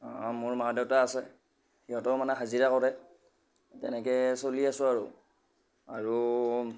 আৰু মোৰ মা দেউতা আছে সিহঁতেও মানে হাজিৰা কৰে তেনেকৈ চলি আছো আৰু আৰু